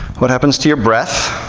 what happens to your breath.